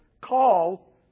call